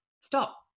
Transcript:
stop